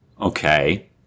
Okay